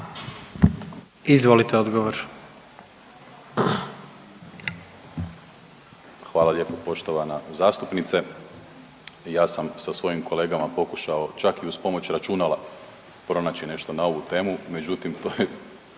Marko** Hvala lijepo poštovana zastupnice. Ja sam sa svojim kolegama pokušao čak i uz pomoć računala pronaći nešto na ovu temu, međutim to je